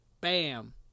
Bam